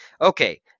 Okay